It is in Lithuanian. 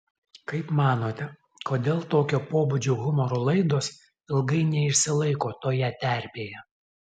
kaip manote kodėl tokio pobūdžio humoro laidos ilgai neišsilaiko toje terpėje